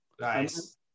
Nice